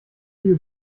viel